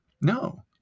no